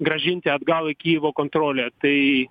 grąžinti atgal į kijevo kontrolę tai